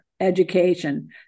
education